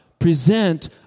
present